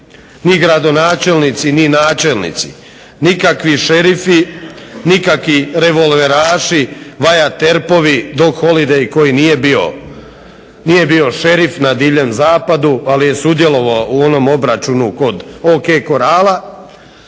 ni gradonačelnici ni načelnici nikakvi šerifi, nikakvi revolveraši, Wyatt Earpovi, Doc Holiday koji nije bio šerif na Divljem zapadu ali je sudjelovao u onom obračunu kod O.K. korala.